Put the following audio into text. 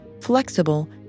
flexible